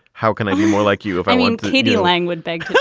how can i be more like you if i mean k d. lang would beg?